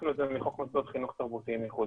לקחנו את זה מחוק מוסדות חינוך תרבותיים ייחודים.